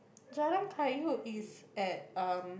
Jalan-Kayu is at um